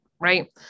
Right